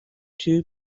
two